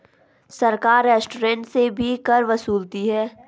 सरकार रेस्टोरेंट से भी कर वसूलती है